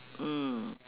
mm